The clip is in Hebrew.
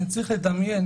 אני צריך לדמיין,